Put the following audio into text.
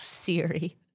Siri